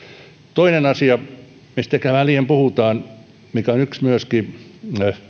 toinen asia mistä ehkä liian vähän puhutaan ja mikä on myöskin yksi